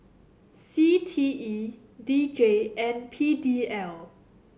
C T E D J and P D L